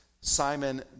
Simon